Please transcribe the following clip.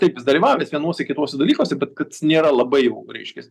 taip jis dalyvavęs vienuose kituose dalykuose bet kad nėra labai jau reiškias